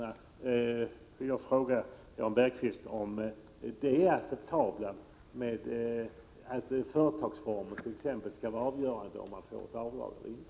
Jag vill fråga Jan Bergqvist om det är acceptabelt att t.ex. företagsformen skall vara avgörande för om man får avdrag eller inte.